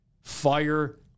fire